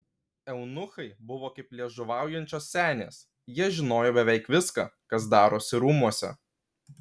eunuchai buvo kaip liežuvaujančios senės jie žinojo beveik viską kas darosi rūmuose